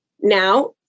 Now